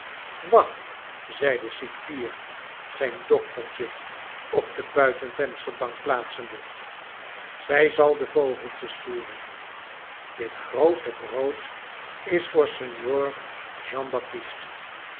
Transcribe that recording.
wacht zei de cipier zijn dochtertje op de buitenvensterbank plaatsende zij zal de vogeltjes voeren dit groote brood is voor signor